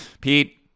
Pete